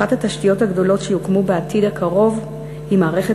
אחת התשתיות הגדולות שיוקמו בעתיד הקרוב היא מערכת